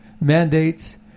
mandates